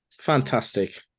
fantastic